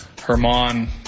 Herman